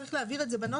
צריך להבהיר את זה בנוסח,